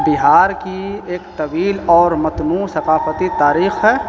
بہار کی ایک طویل اور متموع ثقافتی تاریخ ہے